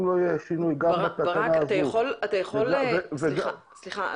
סליחה,